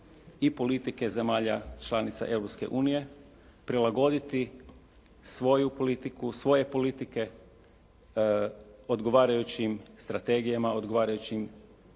i politike zemalja članica Europske unije prilagoditi svoju politiku, svoje politike odgovarajućim strategijama, odgovarajućim